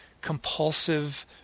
compulsive